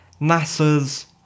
NASA's